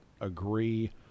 agree